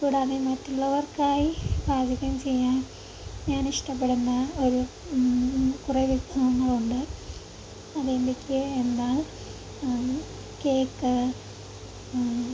കൂടാതെ മറ്റുള്ളവർക്കായി പാചകം ചെയ്യാൻ ഞാൻ ഇഷ്ടപ്പെടുന്ന ഒരു കുറെ വിഭവങ്ങളുണ്ട് അത് എന്തൊക്കെ എന്നാൽ കേക്ക്